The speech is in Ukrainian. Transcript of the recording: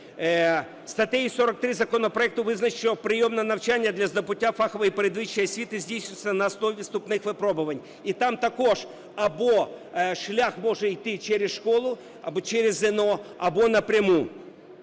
Статтею 43 законопроекту визначено, що прийом на навчання для здобуття фахової передвищої освіти здійснюється на основі вступних випробувань, і там також або шлях може йти через школу, або через ЗНО, або напряму.